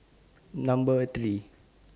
Number three